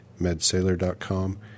medsailor.com